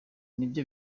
nibyo